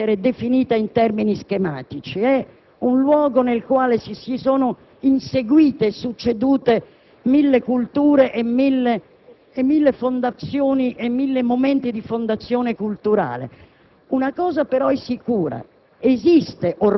L'Europa è difficile ad essere definita in termini schematici. E' un luogo nel quale si sono inseguite e succedute mille culture e mille momenti di fondazione culturale.